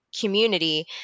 community